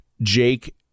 Jake